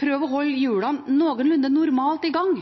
prøve å holde hjulene noenlunde normalt i gang,